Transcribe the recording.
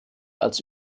als